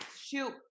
shoot